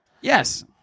Yes